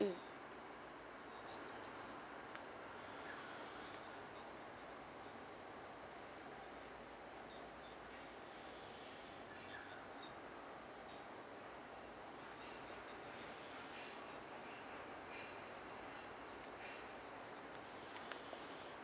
mm